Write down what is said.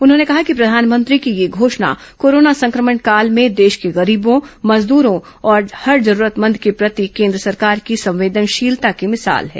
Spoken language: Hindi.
उन्होंने कहा प्रधानमंत्री की यह घोषणा कोरोना संक्रमण काल में देश के गरीबों मजदूरों और हर जरूरतमंद के प्रति कि केंद्र सरकार की संवेदनशीलता की मिसाल है